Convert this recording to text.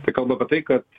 tai kalba apie tai kad